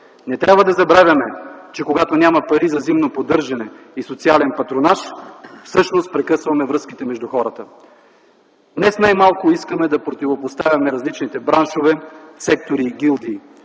Не трябва да забравяме, че когато няма пари за зимно поддържане и социален патронаж, всъщност прекъсваме връзките между хората. Днес, най-малко искаме да противопоставяме различните браншове, сектори и гилдии,